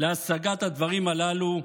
להשגת הדברים הללו,